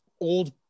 old